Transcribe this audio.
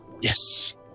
Yes